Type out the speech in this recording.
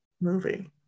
movie